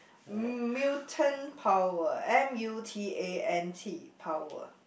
mutant power M U T A N T power